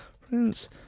Prince